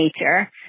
nature